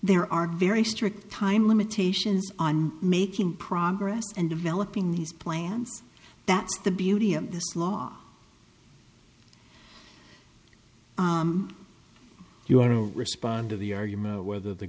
there are very strict time limitations on making progress and developing these plans that's the beauty of this law you want to respond to the argument whether the